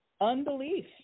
unbelief